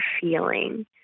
feeling